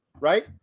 right